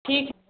ठीक है